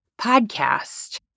podcast